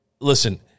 listen